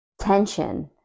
tension